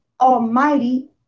almighty